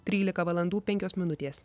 trylika valandų penkios minutės